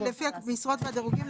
לפי המשרות והדירוגים,